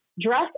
dress